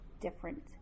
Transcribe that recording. different